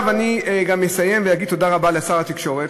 עכשיו אני גם אסיים ואגיד תודה רבה לשר התקשורת.